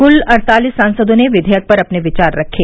कुल अड़तालिस सांसदों ने विवेयक पर अपने विचार रखे